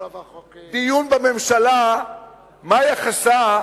דיון בממשלה על יחסה,